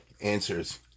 answers